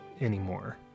anymore